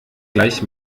gleich